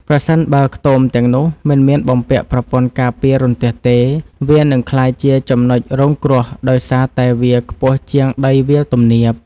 ប្រសិនបើខ្ទមទាំងនោះមិនមានបំពាក់ប្រព័ន្ធការពាររន្ទះទេ វានឹងក្លាយជាចំណុចរងគ្រោះដោយសារតែវាខ្ពស់ជាងដីវាលទំនាប។